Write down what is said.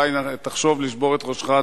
אז אולי תחשוב לשבור את ראשך,